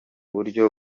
buryo